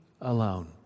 alone